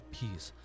peace